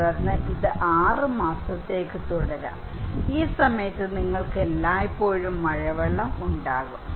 തുടർന്ന് നിങ്ങൾക്ക് ഈ 6 മാസത്തേക്ക് തുടരാം ഈ സമയത്ത് നിങ്ങൾക്ക് എല്ലായ്പ്പോഴും മഴവെള്ളം ഉണ്ടാകും